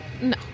No